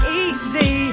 easy